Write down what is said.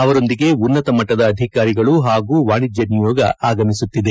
ಅವರೊಂದಿಗೆ ಉನ್ನತ ಮಟ್ಟದ ಅಧಿಕಾರಿಗಳು ಹಾಗೂ ವಾಣಿಜ್ಞ ನಿಯೋಗ ಆಗಮಿಸುತ್ತಿದೆ